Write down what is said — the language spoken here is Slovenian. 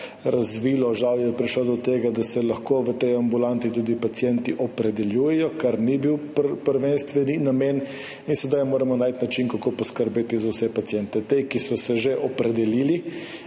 razvilo, žal je prišlo do tega, da se lahko v tej ambulanti pacienti tudi opredeljujejo, kar ni bil prvenstveni namen. Sedaj moramo najti način, kako poskrbeti za vse paciente, te, ki so se že opredelili,